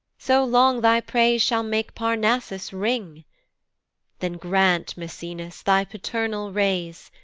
so long thy praise shal' make parnassus ring then grant, maecenas, thy paternal rays,